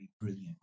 brilliant